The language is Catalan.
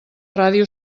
ràdio